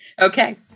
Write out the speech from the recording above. Okay